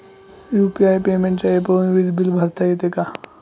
UPI पेमेंटच्या ऍपवरुन वीज बिल भरता येते का?